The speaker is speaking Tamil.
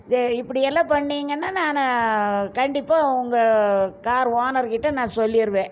சரி இப்படி எல்லாம் பண்ணிங்கன்னால் நான் கண்டிப்பாக உங்கள் கார் ஓனருக்கிட்டே நான் சொல்லிடுவேன்